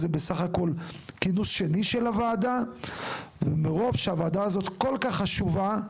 זה בסך הכל כינוס שני של הוועדה ומרוב שהוועדה הזאת כל כך חשובה,